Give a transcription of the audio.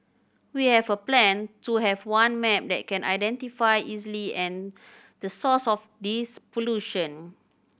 we have a plan to have one map that can identify easily and the source of this pollution